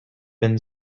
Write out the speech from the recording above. been